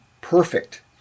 perfect